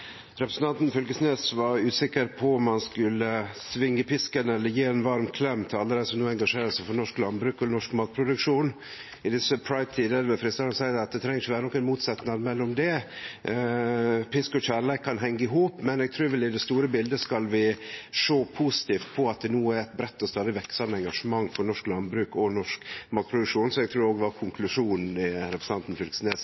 Representanten Fylkesnes var usikker på om han skulle svinge pisken eller gje ein varm klem til alle dei som no engasjerer seg for norsk landbruk og norsk matproduksjon. I desse pride-tider er det freistande å seie at det ikkje treng å vere nokon motsetnad mellom det, pisk og kjærleik kan hengje i hop, men eg trur vel at vi i det store biletet skal sjå positivt på at det no er eit breitt og stadig veksande engasjement for norsk landbruk og norsk matproduksjon, noko eg òg trur var